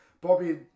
Bobby